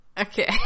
Okay